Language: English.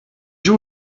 you